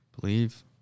believe